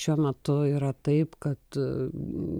šiuo metu yra taip kad